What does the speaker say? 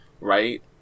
Right